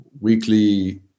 weekly